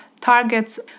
targets